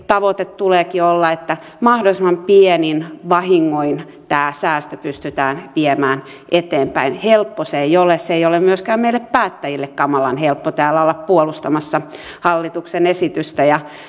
tavoitteen tuleekin olla että mahdollisimman pienin vahingoin tämä säästö pystytään viemään eteenpäin helppoa se ei ole ei ole myöskään meille päättäjille kamalan helppoa täällä olla puolustamassa hallituksen esitystä